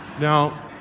Now